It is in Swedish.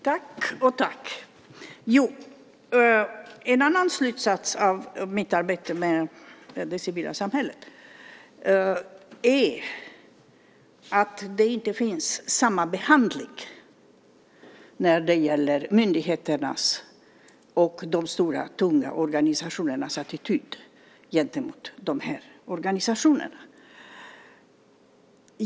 Fru talman! En annan slutsats av mitt arbete med det civila samhället är att det inte finns samma behandling när det gäller myndigheternas och de stora tunga organisationernas attityd gentemot dessa organisationer.